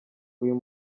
uyu